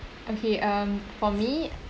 okay um for me